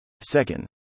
Second